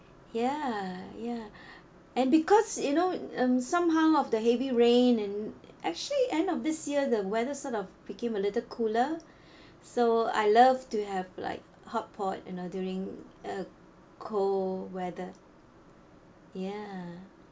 ya ya and because you know um somehow of the heavy rain and actually end of this year the weather sort of became a little cooler so I love to have like hotpot you know during uh cold weather ya